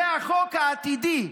זה החוק העתידי.